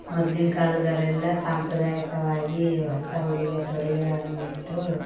ಮೊದ್ಲಿನ ಕಾಲದೋರೆಲ್ಲ ಸಾಂಪ್ರದಾಯಿಕವಾಗಿ ಹೊಸ ಉಡುಗೆ ತೊಡುಗೆಗಳನ್ನು ಉಟ್ಟು